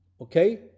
Okay